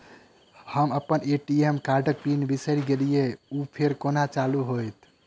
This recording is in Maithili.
हम अप्पन ए.टी.एम कार्डक पिन बिसैर गेलियै ओ फेर कोना चालु होइत?